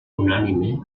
unànime